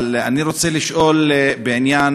אבל אני רוצה לשאול בעניין,